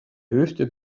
höchste